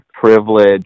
privilege